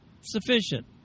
sufficient